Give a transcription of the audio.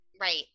Right